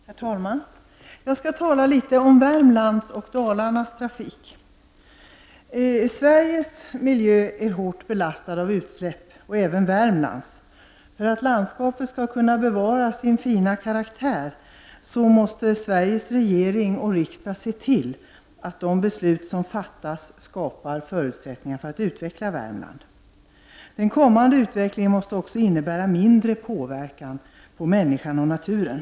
Herr talman! Jag skall tala litet om Värmlands och Dalarnas trafik. Sveriges miljö är hårt belastad av utsläpp. Det är även Värmlands miljö. För att landskapet skall kunna bevara sin fina karaktär, måste Sveriges regering och riksdag se till att de beslut som fattas skapar förutsättningar för att utveckla Värmland. Den kommande utvecklingen måste också innebära mindre påverkan på människan och naturen.